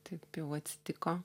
taip jau atsitiko